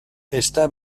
está